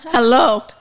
Hello